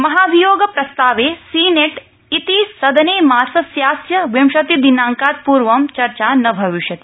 महाभियोग प्रस्तावे सीनेट् इति सदने मासस्यास्य विंशति दिनांकात् पूर्व चर्चा न भविष्यति